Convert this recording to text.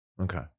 Okay